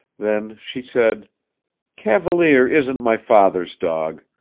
then she said cavalier isn't my father's dog.